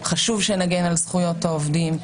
חשוב שנגן על זכויות העובדים,